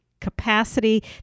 capacity